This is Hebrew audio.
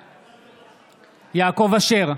בעד יעקב אשר,